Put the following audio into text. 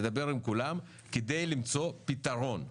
נדבר עם כולם כדי למצוא פתרון.